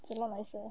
is a lot nicer eh